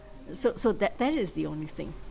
so so that that is the only thing